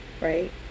Right